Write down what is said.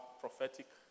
prophetic